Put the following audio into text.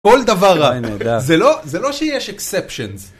כל דבר רע, זה לא שיש אקספשנס.